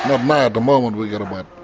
um ah the moment we've got